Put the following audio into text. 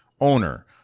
owner